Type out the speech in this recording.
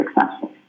successful